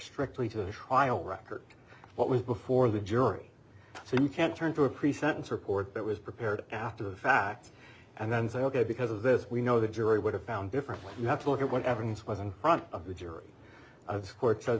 strictly to the trial record what was before the jury so you can't turn for a pre sentence report that was prepared after the fact and then say ok because of this we know the jury would have found differently you have to look at what evidence was in front of a jury o